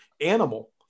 animal